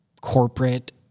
corporate